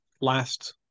last